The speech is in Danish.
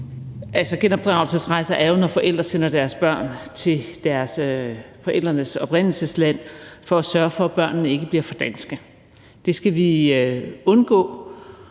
Genopdragelsesrejser er jo, når forældre sender deres børn til forældrenes oprindelsesland for at sørge for, at børnene ikke bliver for danske. Det skal vi undgå.